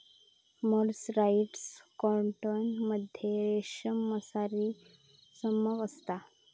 mercerised cotton मध्ये रेशमसारी चमक असता